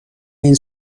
این